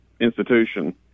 institution